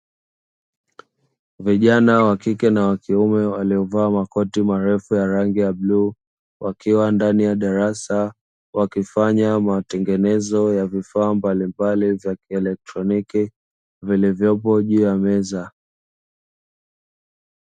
Vijana wa kike na wa kiume waliovaa makoti marefu ya rangi ya bluu, wakiwa ndani ya darasa wakifanya matengenezo ya vifaa mbalimbali vya kielekitroniki, vilivyopo juu ya meza.